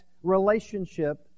relationship